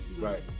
Right